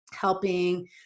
helping